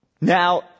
Now